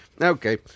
okay